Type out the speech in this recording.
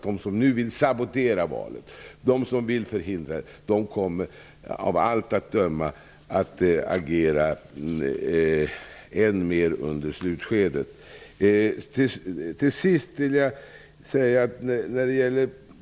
De som vill sabotera och förhindra valet kommer att agera än mer under slutskedet.